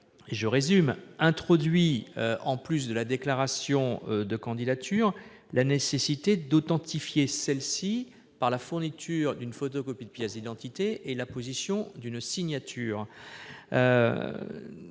avions donc introduit, en plus de la déclaration de candidature, la nécessité d'authentifier celle-ci par la fourniture d'une photocopie de pièce d'identité et l'apposition d'une signature.